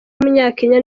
w’umunyakenya